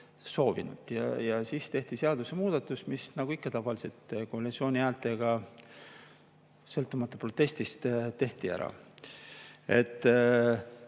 Ja siis tehti seadusemuudatus, mis nagu ikka tavaliselt koalitsiooni häältega, sõltumata protestidest, läks läbi